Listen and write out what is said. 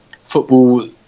football